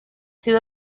two